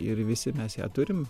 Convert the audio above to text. ir visi mes ją turim